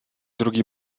drugi